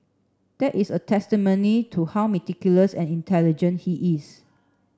that is a testimony to how meticulous and intelligent he is